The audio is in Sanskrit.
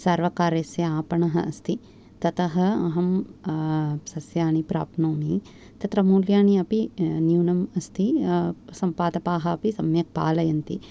सर्वकारस्य आपणः अस्ति ततः अहं सस्यानि प्राप्नोमि तत्र मूल्यानि अपि न्यूनम् अस्ति संपादपाः अपि सम्यक् पालयन्ति